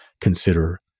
consider